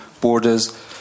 borders